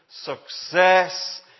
success